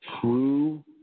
true